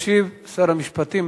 ישיב שר המשפטים.